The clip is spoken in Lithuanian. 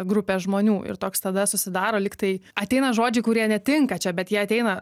grupės žmonių ir toks tada susidaro lyg tai ateina žodžiai kurie netinka čia bet jie ateina